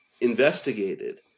investigated